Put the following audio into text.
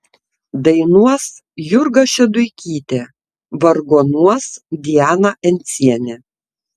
dainuos jurga šeduikytė vargonuos diana encienė